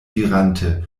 dirante